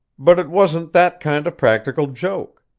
but it wasn't that kind of practical joke.